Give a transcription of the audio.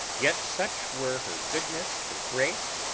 yet such were her goodness, her grace,